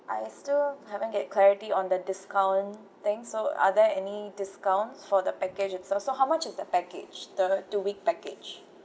I still haven't get clarity on the discount then so are there any discounts for the package itself so how much is the package the two week package